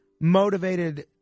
motivated